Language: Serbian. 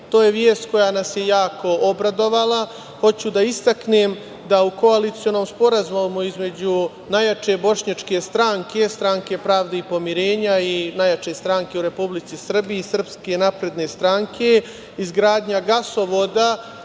To je vest koja nas je jako obradovala. Hoću da istaknem da u koalicionom sporazumu između najjače bošnjačke stranke, Stranke pravde i pomirenja i najjače stranke u Republici Srbiji, Srpske napredne stranke, izgradnja gasovoda